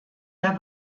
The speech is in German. der